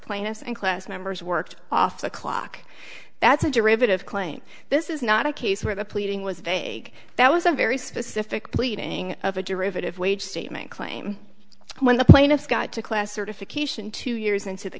and class members worked off the clock that's a derivative claim this is not a case where the pleading was vague that was a very specific pleading of a derivative wage statement claim when the plaintiffs got to class certification two years into the